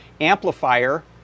amplifier